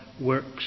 works